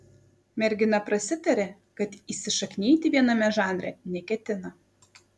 mergina prasitarė kad įsišaknyti viename žanre neketina